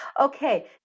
okay